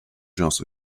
just